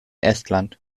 estland